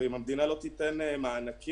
ואם המדינה לא תיתן מענקים,